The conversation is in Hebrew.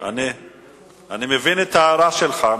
אני מבין את ההערה שלך.